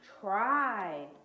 try